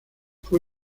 fue